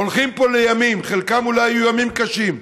הולכים פה לימים שחלקם אולי יהיו ימים קשים.